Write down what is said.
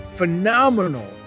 phenomenal